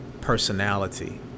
personality